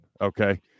Okay